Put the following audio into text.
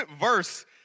verse